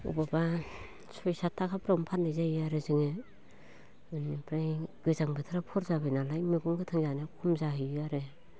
अबबा सय सात थाखाफ्रावनो फाननाय जायो आरो जोङो बिनिफ्राय गोजां बोथोरा खर जाबायनालाय मैगं गोथां जानाया खम जाहैयो आरो